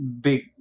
big